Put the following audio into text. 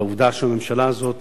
העובדה שהממשלה הזאת